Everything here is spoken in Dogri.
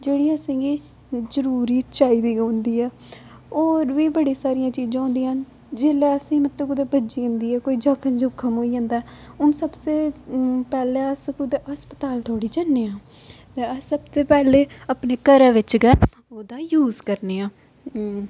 जेह्डी असेंगी जरूरी चाहिदी गै होंदी ऐ होर बी बड़ी सारियां चीजां होंदियां न जेल्लै असेंई मतलब कुतै भज्जी जंदी ऐ कोई जख्म जुख्म होई जंदा ऐ हून सबसे पैह्ले अस कुतै हस्पताल थोह्ड़ी जन्ने आं अस सब तु पैह्लें अपने घरै बिच्च गै ओह्दा यूज करने आं